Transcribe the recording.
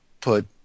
put